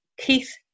Keith